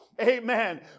Amen